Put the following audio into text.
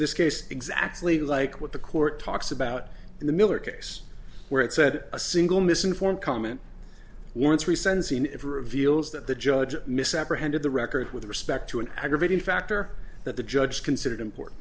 this case exactly like what the court talks about in the miller case where it said a single mis informed comment warrants re sensing ever a veals that the judge misapprehended the record with respect to an aggravating factor that the judge considered important